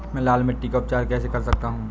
मैं लाल मिट्टी का उपचार कैसे कर सकता हूँ?